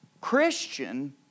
Christian